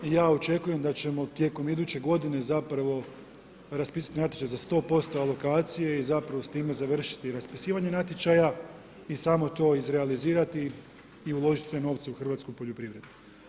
I ja očekujem da ćemo tijekom iduće godine zapravo raspisati natječaj za 100% alokacije i zapravo s time završiti raspisivanje natječaja i samo to izrealizirati i uložiti te novce u hrvatsku poljoprivredu.